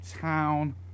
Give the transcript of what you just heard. town